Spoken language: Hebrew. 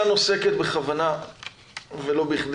הוועדה כאן עוסקת בכוונה ולא בכדי